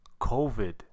covid